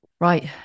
Right